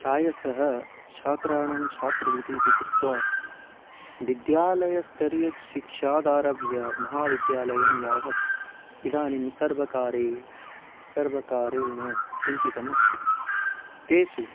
प्रायशः छात्राणां छात्रवृतिः इति कृत्वा विद्यालयस्थरीयशिक्षादारभ्य महाविद्यालयं यावत् इदानीं सर्वकारे सर्वकारेण चिन्तितमस्ति तेषु